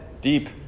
deep